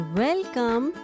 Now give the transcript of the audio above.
welcome